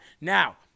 Now